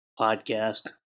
podcast